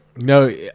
no